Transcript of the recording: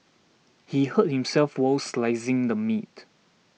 he hurt himself while slicing the meat